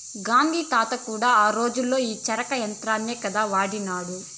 గాంధీ తాత కూడా ఆ రోజుల్లో ఈ చరకా యంత్రాన్నే కదా వాడినాడు